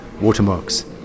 watermarks